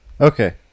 Okay